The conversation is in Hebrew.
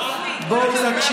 אתה ראשון, בבקשה.